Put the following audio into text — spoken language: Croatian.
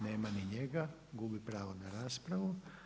Nema ni njega, gubi pravo na raspravu.